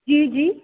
जी जी